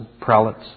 prelates